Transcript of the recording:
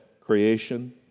Creation